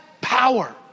power